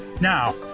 Now